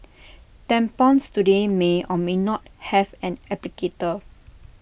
tampons today may or may not have an applicator